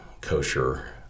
kosher